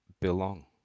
belong